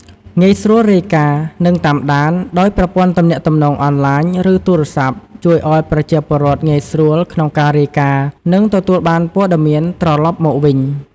ងាយស្រួលរាយការណ៍ និងតាមដាន ដោយប្រព័ន្ធទំនាក់ទំនងអនឡាញ ឬទូរស័ព្ទជួយឱ្យប្រជាពលរដ្ឋងាយស្រួលក្នុងការរាយការណ៍ និងទទួលបានព័ត៌មានត្រឡប់មកវិញ។